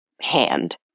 hand